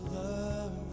love